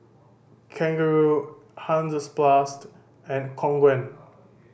Kangaroo Hansaplast and Khong Guan